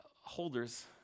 holders